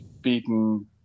beaten